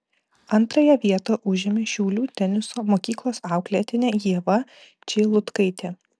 antrąją vietą užėmė šiaulių teniso mokyklos auklėtinė ieva čeilutkaitė